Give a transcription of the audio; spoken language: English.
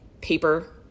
paper